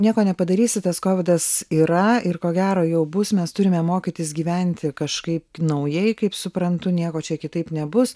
nieko nepadarysi tas kovidas yra ir ko gero jau bus mes turime mokytis gyventi kažkaip naujai kaip suprantu nieko čia kitaip nebus